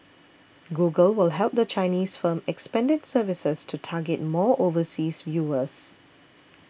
google will help the Chinese firm expand its services to target more overseas viewers